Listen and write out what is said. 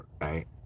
Right